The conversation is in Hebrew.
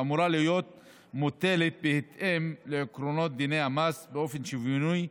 ואמורה להיות מוטלת בהתאם לעקרונות דיני המס באופן שוויוני,